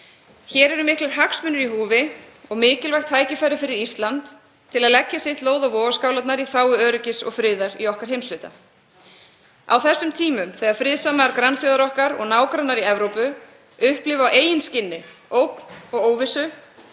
Hér eru miklir hagsmunir í húfi og mikilvægt tækifæri fyrir Ísland að leggja sitt lóð á vogarskálarnar í þágu öryggis og friðar í okkar heimshluta. Á þessum tímum þegar friðsamar grannþjóðir okkar og nágrannar í Evrópu upplifa á eigin skinni ógn og óvissu